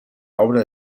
obra